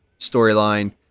storyline